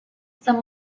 some